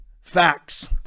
Facts